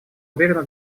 уверенно